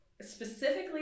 specifically